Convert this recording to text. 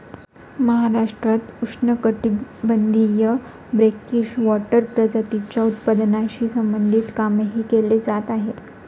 महाराष्ट्रात उष्णकटिबंधीय brackish water प्रजातींच्या उत्पादनाशी संबंधित कामही केले जात आहे